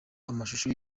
amashusho